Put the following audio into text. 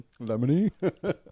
Lemony